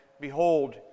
Behold